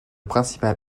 principal